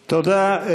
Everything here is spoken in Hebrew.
תודה.